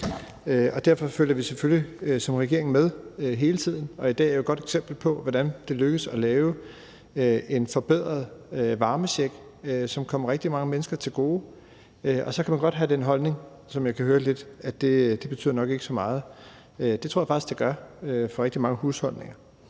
selvfølgelig som regering med hele tiden, og i dag er jo et godt eksempel på, hvordan det er lykkedes at lave en forbedring af varmechecken, som kommer rigtig mange mennesker til gode. Så kan man godt have den holdning, som jeg lidt kan høre nogle har, at det nok ikke betyder så meget. Men det tror jeg faktisk at det gør for rigtig mange husholdninger.